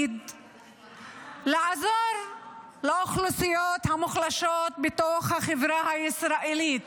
לעזור לאוכלוסיות המוחלשות בתוך החברה הישראלית.